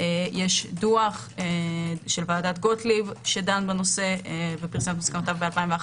יש דוח של ועדת גוטליב שדנה בנושא ופרסם את המסקנות ב-2011,